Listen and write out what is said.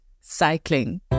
cycling